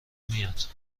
میاد